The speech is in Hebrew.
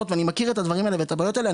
ואני מכיר את הדברים האלה ואת הבעיות האלה.